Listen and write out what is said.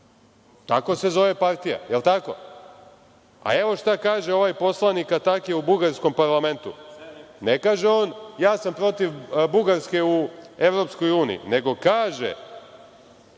tako se zove partija. Je li tako? Evo šta kaže ovaj poslanik Atake u bugarskom parlamentu. Ne kaže on – ja sam protiv Bugarske u Evropskoj uniji, nego kaže